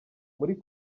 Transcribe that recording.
muri